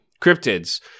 cryptids